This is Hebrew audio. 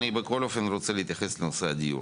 אני רוצה להתייחס לנושא הדיור